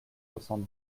soixante